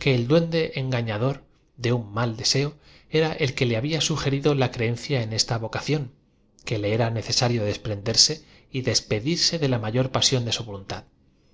que e l duende engañador de un mal deseo era el que le había sugerí o la creencia en esta vocación que le era necesario desprenderse y dept dirse de la m ayor pasión de au voluntad